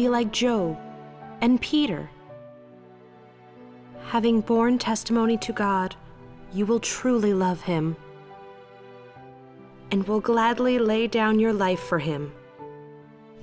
be like joe and peter having borne testimony to god you will truly love him and will gladly lay down your life for him